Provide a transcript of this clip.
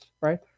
right